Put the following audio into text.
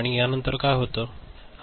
आणि यानंतर काय होते